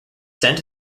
sent